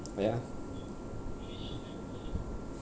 uh ya